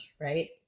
right